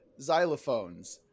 Xylophones